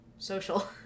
Social